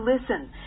listen